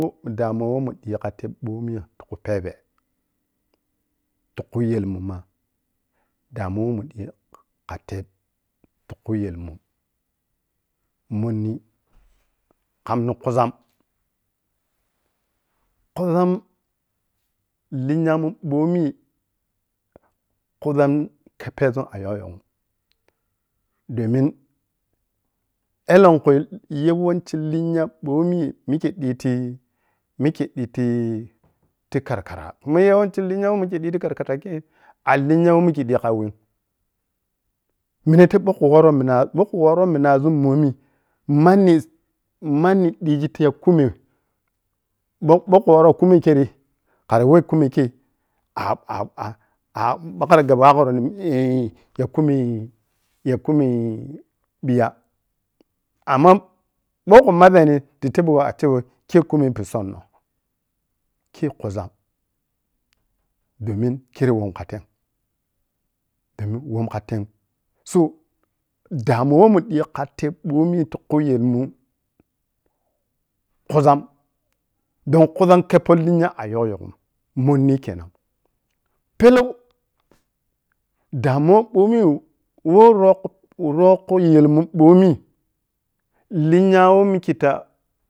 Ɓou damuwa who un ƌi khatei ɓomi ti khu phebe tukhu yelmun ma damuwa wei mun ƌi kha tei tukhu yel mun monni, kham ni khuzzam khuzzam ayokyhom domin plenk yawanci linya mbomi mikke diti-mikke diti ti karkara mah yawanci linya ulei mikke digi ti karkara kei alinya wei mikke digimg kha wem mina tebbou kho woro mina mokhoworo minazun mbomini manni-manni ƌijitiya kumeh ɓou khu woro kumeh kirei khara wei kumeh kei ɓagri gabagho binni ya kumeh-ya kumeh-yakumeh ɓiya amma mou khu mazzeni ta teb gho acewai kei kumeh pisonno kei kuzza domin kerei womni kha tei dom womni kha teim so, damuwa wei mun ƌi katei mbomi ti ku yelmun kuzzam don kuz am kheppoh lenya ayokkyoghom monni kenam, pelou damuwa ɓomi weh rov khu-roukhu yelmun ɓomi lenya kur mikketa,